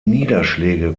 niederschläge